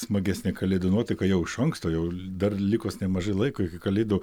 smagesnė kalėdų nuotaiką jau iš anksto jau dar likus nemažai laiko iki kalėdų